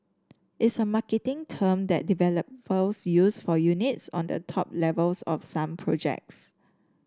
it's a marketing term that developers use for units on the top levels of some projects